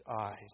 eyes